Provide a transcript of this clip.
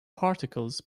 particles